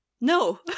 No